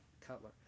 Cutler